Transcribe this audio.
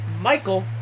Michael